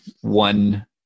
one